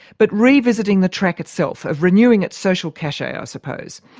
but revisiting the track itself, of renewing its social cachet, i ah suppose.